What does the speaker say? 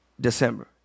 December